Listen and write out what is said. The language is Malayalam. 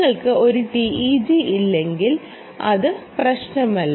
നിങ്ങൾക്ക് ഒരു TEG ഇല്ലെങ്കിൽ അത് പ്രശ്നമല്ല